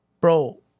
Bro